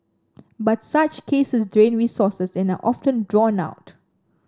but such cases drain resources and are often drawn out